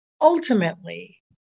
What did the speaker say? ultimately